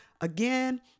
again